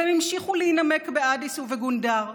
הם המשיכו להימק באדיס ובגונדר.